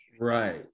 Right